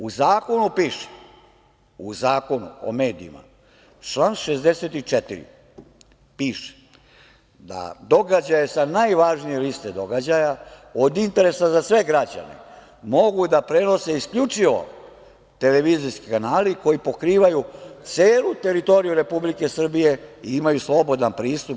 U Zakonu o medijima član 64. piše da događaje sa najvažnije liste događaja od interesa za sve građane, mogu da prenose isključivo televizijski kanali koji pokrivaju celu teritoriji Republike Srbije i imaju slobodan pristup.